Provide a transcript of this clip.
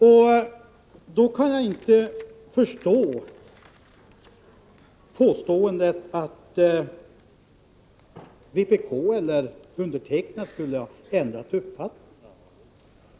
Därför kan jag inte förstå påståendet att jag eller vpk skulle ha ändrat uppfattning.